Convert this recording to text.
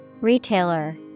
Retailer